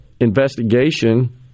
investigation